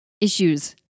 Issues